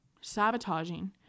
sabotaging